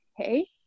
okay